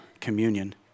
communion